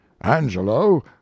Angelo